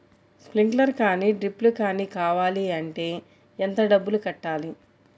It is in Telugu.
స్ప్రింక్లర్ కానీ డ్రిప్లు కాని కావాలి అంటే ఎంత డబ్బులు కట్టాలి?